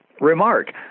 remark